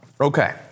Okay